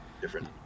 different